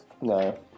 No